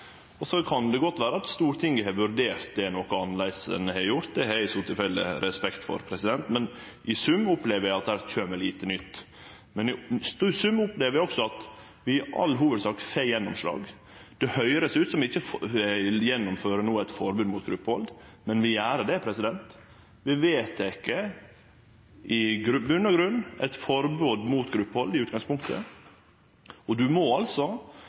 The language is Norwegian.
kan godt vere at Stortinget har vurdert det noko annleis enn det eg har gjort. Det har eg i så tilfelle respekt for, men i sum opplever eg at det kjem lite nytt. I sum opplever eg også at vi i all hovudsak får gjennomslag. Det høyrest ut som vi no ikkje gjennomfører eit forbod mot gruppehald, men vi gjer det. Vi vedtek i grunnen eit forbod mot gruppehald i utgangspunktet, og ein må altså